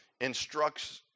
instructs